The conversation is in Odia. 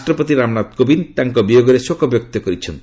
ରାଷ୍ଟ୍ରପତି ରାମନାଥ କୋବିନ୍ଦ ତାଙ୍କ ବିୟୋଗରେ ଶୋକ ବ୍ୟକ୍ତ କରିଛନ୍ତି